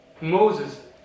Moses